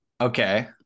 okay